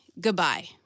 goodbye